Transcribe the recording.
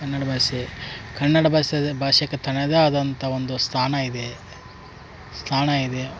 ಕನ್ನಡ ಭಾಷೆ ಕನ್ನಡ ಭಾಷೆದ್ ಭಾಷೆಕ ತನ್ನದೇ ಆದಂಥ ಒಂದು ಸ್ಥಾನ ಇದೆ ಸ್ಥಾನ ಇದೆ